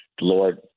Lord